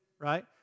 right